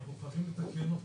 אנחנו חייבים לתקן אותה.